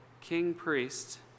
king-priest